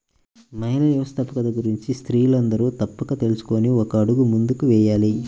మహిళా వ్యవస్థాపకత గురించి స్త్రీలందరూ తప్పక తెలుసుకొని ఒక అడుగు ముందుకు వేయాలి